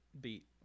beat